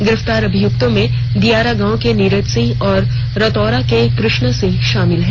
गिरफ्तार अभियुक्त में दियारा गांव के नीरज सिंह और रौतारा के कृष्णा सिंह शामिल हैं